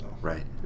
Right